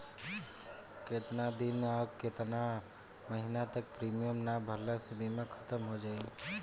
केतना दिन या महीना तक प्रीमियम ना भरला से बीमा ख़तम हो जायी?